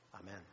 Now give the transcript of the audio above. Amen